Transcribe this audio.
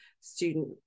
student